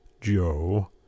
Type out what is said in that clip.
Joe